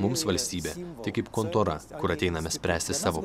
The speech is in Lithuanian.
mums valstybė tai kaip kontora kur ateiname spręsti savo